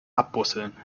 abbusseln